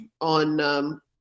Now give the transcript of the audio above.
on –